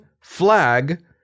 flag